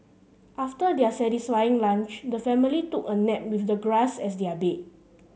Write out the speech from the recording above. after their satisfying lunch the family took a nap with the grass as their bed